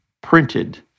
printed